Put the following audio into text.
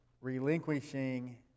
relinquishing